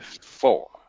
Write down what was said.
Four